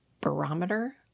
barometer